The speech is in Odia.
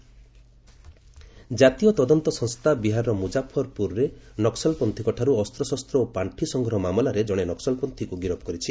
ନକ୍ସଲ ଆରେଷ୍ଟ ଜାତୀୟ ତଦନ୍ତ ସଂସ୍ଥା ବିହାରର ମୁଜାଫରପୁରରେ ନକ୍ସଲପନ୍ଥୀଙ୍କଠାରୁ ଅସ୍ତ୍ରଶସ୍ତ୍ର ଓ ପାର୍ଷି ସଂଗ୍ରହ ମାମଲାରେ ଜଣେ ନକ୍ସଲପଚ୍ଛୀକୁ ଗିରଫ୍ କରିଛି